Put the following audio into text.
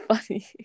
funny